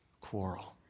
quarrel